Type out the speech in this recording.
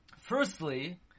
Firstly